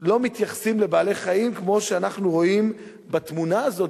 שלא מתייחסים לבעלי-חיים כמו שאנחנו רואים בתמונה הזאת,